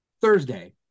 Thursday